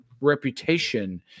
reputation